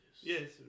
Yes